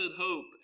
hope